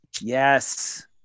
Yes